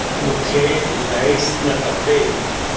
मूंखे लाइट्स न खपे